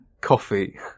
coffee